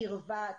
קרבה,